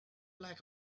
like